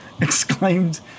exclaimed